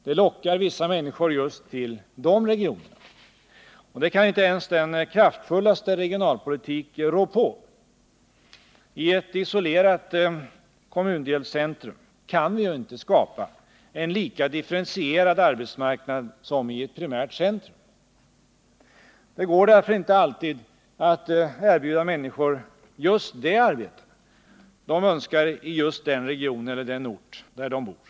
Det lockar vissa människor just till de regionerna. Det kan inte ens den kraftfullaste regionalpolitik rå på. I ett isolerat kommundelscentrum kan vi inte skapa en lika differentierad arbetsmarknad som i ett primärt centrum. Det går därför inte alltid att erbjuda människor just det arbete de önskar i just den region eller den ort där de bor.